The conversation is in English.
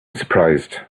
surprised